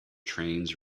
trains